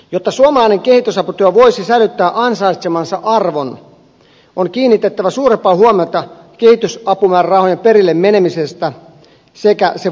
jotta suomalainen kehitysaputyö voisi säilyttää ansaitsemansa arvon on kiinnitettävä suurempaa huomiota kehitysapumäärärahojen perille menemiseen sekä niiden vaikuttavuuteen